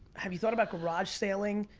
have you thought about garage sale-ing,